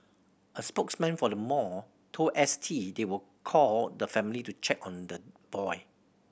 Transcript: a spokesman for the mall told S T they will call the family to check on the boy